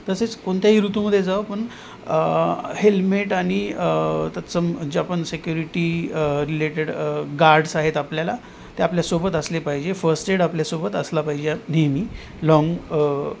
तसेच कोणत्याही ऋतूमध्ये जाऊ पण हेल्मेट आणि तत्सम जे आपण सेक्युरिटी रिलेटेड गार्ड्स आहेत आपल्याला ते आपल्यासोबत असले पाहिजे फर्स्ट एड आपल्यासोबत असला पाहिजे नेहमी लाँग